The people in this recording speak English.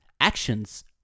actions